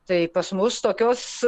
tai pas mus tokios